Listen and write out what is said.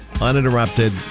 uninterrupted